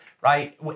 right